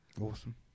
Awesome